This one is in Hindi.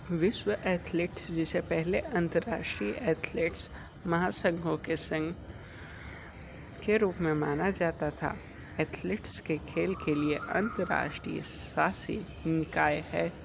विश्व एथलीट्स जिसे पहले अंतर्राष्ट्रीय एथलीट्स महासंघों के संघ के रूप में माना जाता था एथलीट्स के खेल के लिए अंतर्राष्ट्रीय शासी निकाय है